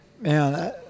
Man